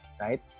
Right